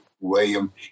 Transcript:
William